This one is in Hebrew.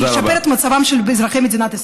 כדי לשפר את מצבם של אזרחי מדינת ישראל.